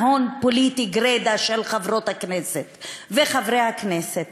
הון פוליטי גרידא של חברות הכנסת וחברי הכנסת,